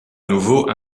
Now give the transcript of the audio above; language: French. nouveau